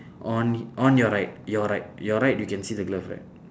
on on your right your right your right you can see the glove right